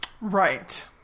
Right